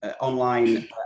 online